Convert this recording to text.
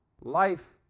life